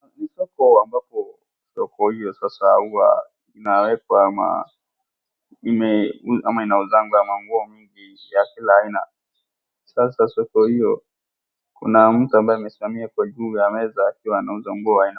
Ni soko ambapo soko hiyo sasa huwa inawekwa ama inauzangwa manguo mingi ya kila aina. Sasa soko hiyo kuna mtu ambaye amesimamia kwa juu ya meza akiwa anauza nguo.